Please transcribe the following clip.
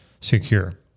secure